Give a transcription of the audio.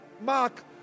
Mark